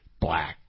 black